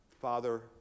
Father